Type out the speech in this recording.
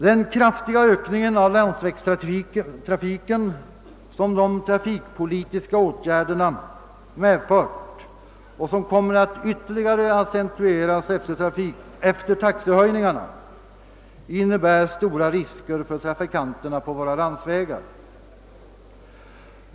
Den kraftiga ökningen av landsvägstrafiken, som de trafikpolitiska åtgärderna har medfört och som ytterligare kommer att accentueras efter taxehöjningarna, innebär stora risker för trafikanterna på våra landsvägar.